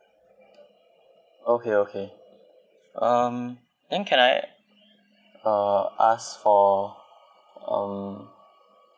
okay okay um then can I uh ask for um